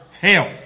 help